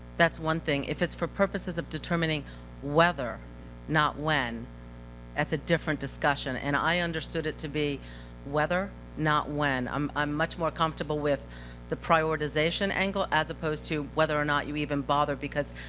that's one thing. if it's for purposes of determining whether not when that's a different discussion. and i understood it to be whether, not when. um i'm much more comfortable with the prioritization angle as opposed to whether or not you even bother, because